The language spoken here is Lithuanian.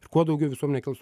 ir kuo daugiau visuomenė kels